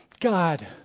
God